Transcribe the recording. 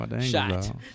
shot